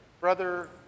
Brother